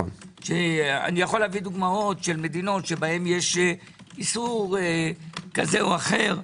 ואני יכול להביא דוגמאות של מדינות שבהן יש איסור כזה או אחר,